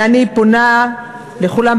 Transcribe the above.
אני פונה לכולם.